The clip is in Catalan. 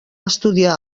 estudiar